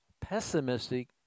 Pessimistic